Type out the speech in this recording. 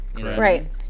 Right